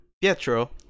Pietro